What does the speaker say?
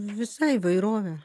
visai įvairovė